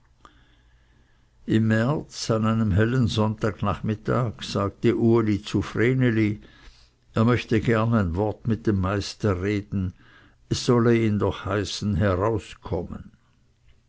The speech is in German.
im märz an einem hellen sonntagnachmittag sagte uli zu vreneli er möchte gerne ein wort mit dem meister reden es solle ihn doch heißen herauskommen